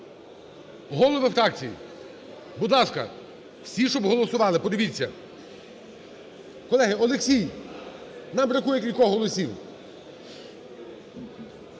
Голови фракцій, будь ласка, всі, щоб голосували, подивіться. Колеги, Олексій, нам бракує кількох голосів.